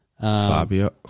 Fabio –